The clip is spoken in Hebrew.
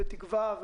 "בתקווה"